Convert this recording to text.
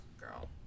girl